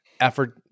effort